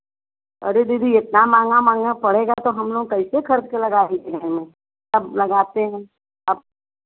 अरे दीदी एतना महँगा महँगा पड़ेगा तो हम लोग कैसे खरीद के लगाएँगे घर में अब लगाते है अब